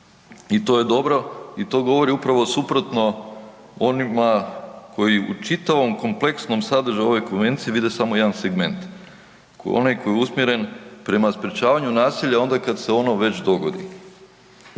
i to je dobro i to govori upravo suprotno onima koji u čitavom kompleksnom sadržaju ove konvencije vide samo jedan segment. Onaj koji je usmjeren prema sprječavanju nasilja onda kad se ono već dogodi.